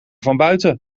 vanbuiten